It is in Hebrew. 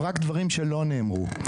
כבודו, רק דברים שלא נאמרו.